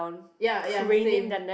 ya ya same